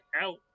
out